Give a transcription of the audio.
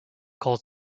calls